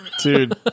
Dude